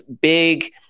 big